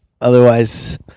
Otherwise